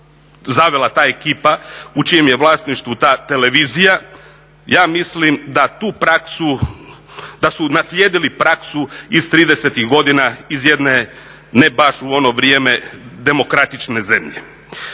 zavela ta ekipa u čijem je vlasništvu ta televizija, ja mislim da tu praksu, da su naslijedili praksu iz '30.-ih godina iz jedne, ne baš u ono vrijeme demokratične zemlje.